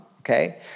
okay